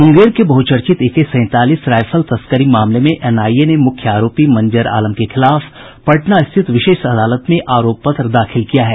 मुंगेर के बहुचर्चित एके सैंतालीस राइफल तस्करी मामले में एनआईए ने मुख्य आरोपी मंजर आलम के खिलाफ पटना स्थित विशेष अदालत में आरोप पत्र दाखिल किया है